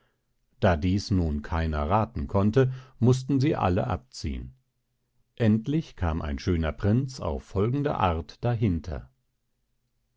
da dies nun keiner rathen konnte mußten sie alle abziehen endlich kam ein schöner prinz auf folgende art dahinter